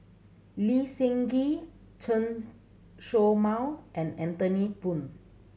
Lee Seng Gee Chen Show Mao and Anthony Poon